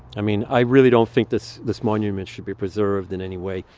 i mean i really don't think this this monument should be preserved in any way.